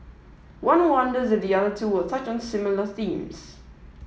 one wonders if the other two will touch on similar themes